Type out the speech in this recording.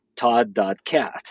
Todd.cat